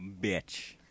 bitch